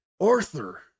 Arthur